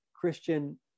Christian